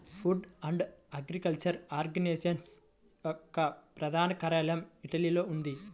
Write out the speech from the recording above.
food and agriculture organization యొక్క ప్రధాన కార్యాలయం ఇటలీలో ఉంది